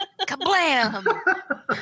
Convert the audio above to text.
Kablam